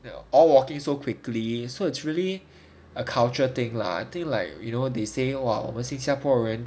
they all walking so quickly so it's really a culture thing lah I think like you know they say 我们新加坡人